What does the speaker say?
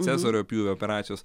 cezario pjūvio operacijos